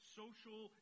social